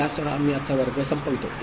तर यासह आम्ही आजचा वर्ग संपवितो